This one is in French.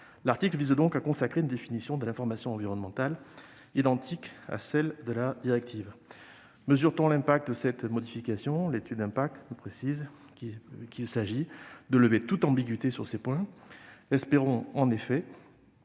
L'article vise donc à consacrer une définition de l'information environnementale identique à celle de la directive. Mesure-t-on les conséquences d'une telle modification ? L'étude d'impact nous précise qu'il s'agit de « lever toute ambiguïté sur ces points ». Espérons en effet